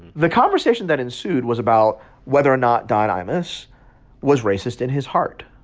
the conversation that ensued was about whether or not don imus was racist in his heart.